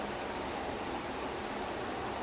fair enough fair enough ya